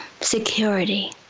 security